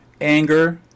anger